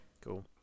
Cool